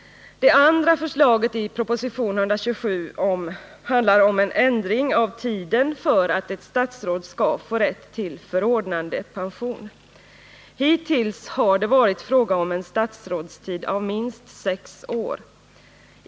Det andra förslaget i proposition 127 handlar om en ändring av tiden för att ett statsråd skall få rätt till förordnandepension. Hittills har det varit fråga om en statsrådstid av minst sex år.